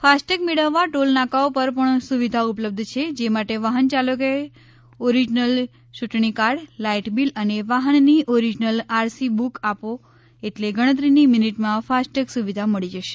FASTag મેળવવા toll નાકાઓ પર પણ સુવિધા ઉપલબ્ધ છે જે માટે વાહન ચાલકોએ ઓરિજિનલ યૂંટણીકાર્ડ લાઈટ બીલ અને વાહનની ઓરિજિનલ આરસી બુક આપો એટલે ગણતરીની મિનિટમાં ફાસ્ટટેગ સુવિધા મળી જશે